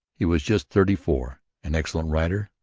he was just thirty-four an excellent rider,